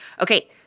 Okay